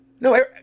no